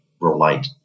relate